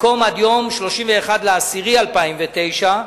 במקום עד יום 31 באוקטובר 2009,